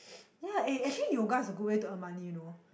ya eh actually yoga is a good way to earn money you know